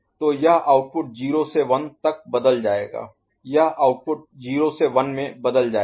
तो यह आउटपुट 0 से 1 तक बदल जाएगा यह आउटपुट 0 से 1 में बदल जाएगा